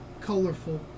Colorful